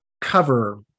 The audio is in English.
cover